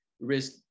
risk